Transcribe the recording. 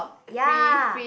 ya